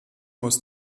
muss